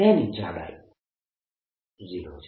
તેની જાડાઈ 0 છે